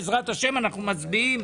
בעזרת ה' אנחנו מצביעים.